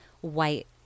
white